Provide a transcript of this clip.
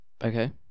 Okay